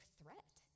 threat